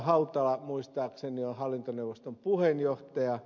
hautala muistaakseni on hallintoneuvoston puheenjohtaja